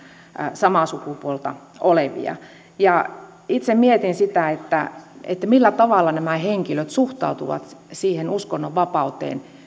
samaa sukupuolta olevia itse mietin sitä millä tavalla nämä henkilöt suhtautuvat siihen uskonnonvapauteen